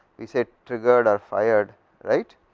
we said triggered or fired right,